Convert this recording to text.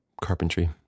carpentry